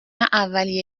اولیه